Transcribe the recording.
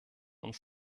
uns